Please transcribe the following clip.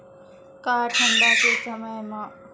का ठंडा के मौसम म चना के फसल करना ठीक होही?